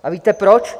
A víte proč?